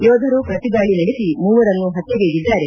ಯೋಧರು ಪ್ರತಿದಾಳಿ ನಡೆಸಿ ಮೂವರನ್ನು ಪತ್ಯೆಗೈದಿದ್ದಾರೆ